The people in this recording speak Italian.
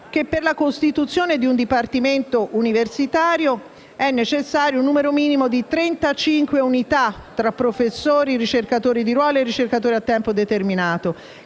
che per la costituzione di un dipartimento universitario è necessario un numero minimo di 35 unità tra professori, ricercatori di ruolo e ricercatori a tempo determinato,